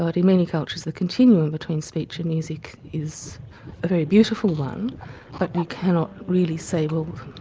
but in many cultures the continuum between speech and music is a very beautiful one, but we cannot really say, well,